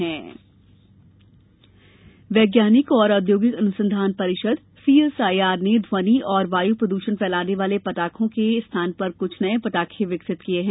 हुरित पटाखे वैज्ञानिक और औद्योगिक अनुसंधान परिषद सीएसआईआर ने ध्वनि और वायु प्रदूषण फैलाने वाले पटाखों के स्थान पर कुछ नए पटाखें विकसित किए हैं